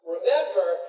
Remember